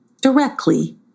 directly